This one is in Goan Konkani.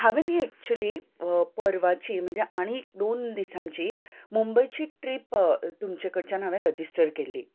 हांवें न्ही एक्चुली परवाची म्हणजे आनीक दोन दिसांची मुंबयची ट्रीप तुमचे कडच्यान हांवें रजिस्ट्रर केल्ली